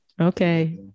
Okay